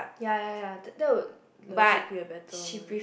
ya ya ya th~ that would legit be a better one